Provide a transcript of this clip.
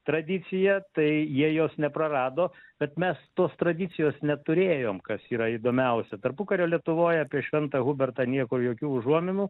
tradiciją tai jie jos neprarado bet mes tos tradicijos neturėjom kas yra įdomiausia tarpukario lietuvoj apie šventą hubertą niekur jokių užuominų